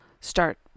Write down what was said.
start